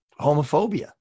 homophobia